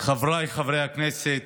חבריי חברי הכנסת,